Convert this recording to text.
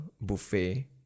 buffet